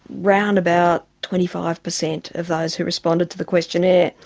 around about twenty five percent of those who responded to the questionnaire,